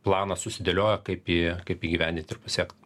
planą susidėlioję kaip į kaip įgyvendint ir pasiekt